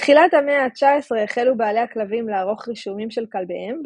בתחילת המאה ה-19 החלו בעלי הכלבים לערוך רישומים של כלביהם,